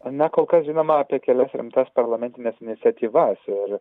na kol kas žinoma apie kelias rimtas parlamentines iniciatyvas ir